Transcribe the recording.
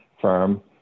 firm